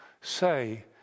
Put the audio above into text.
say